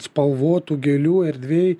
spalvotų gėlių erdvėj